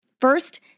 First